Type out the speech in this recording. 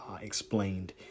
explained